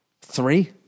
Three